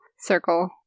circle